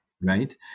right